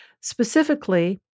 Specifically